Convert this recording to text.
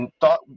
thought